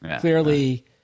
clearly